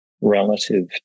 relative